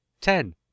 ten